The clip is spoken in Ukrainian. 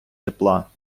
тепла